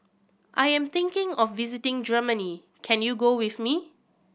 I am thinking of visiting Germany can you go with me